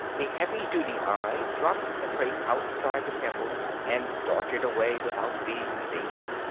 the heavy-duty eye dropped the crate outside the temple and darted away without being seen.